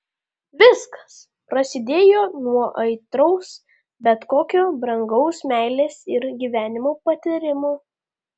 viskas prasidėjo nuo aitraus bet tokio brangaus meilės ir gyvenimo patyrimo